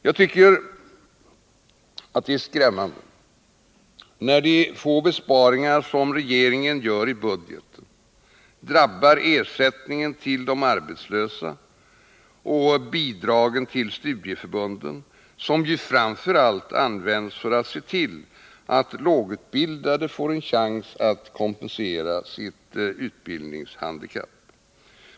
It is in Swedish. Jag tycker att det är skrämmande när de få besparingar som regeringen gör i budgeten drabbar ersättningen till de arbetslösa och bidragen till studieförbunden, som ju framför allt används för att se till att lågutbildade får en chans att kompensera sitt utbildningshandikapp.